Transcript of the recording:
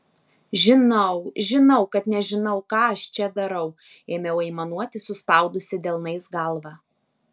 žinau žinau kad nežinau ką aš čia darau ėmiau aimanuoti suspaudusi delnais galvą